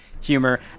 humor